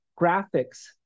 graphics